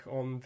on